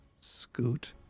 scoot